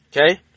Okay